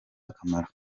akamaro